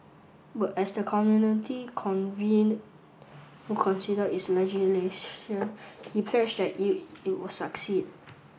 but as the committee convened to consider its legislation he pledged that it it would succeed